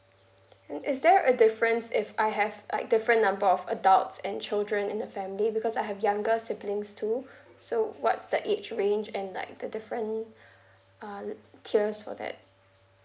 and is there a difference if I have like different number of adults and children in the family because I have younger siblings too so what's the age range and like the different uh tiers for that